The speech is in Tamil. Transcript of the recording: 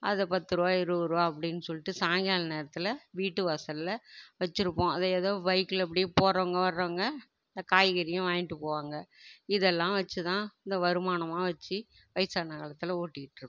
அதை பத்து ரூபா இருபது ரூபா அப்படின்னு சொல்லிட்டு சாயங்காலம் நேரத்தில் வீட்டு வாசலில் வச்சுருப்போம் அத எதோ பைக்கில் அப்படியே போகிறவங்க வர்றவங்க அந்த காய்கறியும் வாங்கிட்டு போவாங்க இதெல்லாம் வச்சுதான் இந்த வருமானமெலாம் வச்சு வயதான காலத்தில் ஓட்டிக்கிட்டு இருக்கோம்